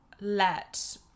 let